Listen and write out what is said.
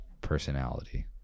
personality